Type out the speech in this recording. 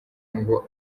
ngo